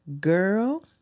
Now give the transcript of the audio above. girl